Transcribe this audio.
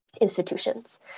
institutions